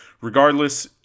regardless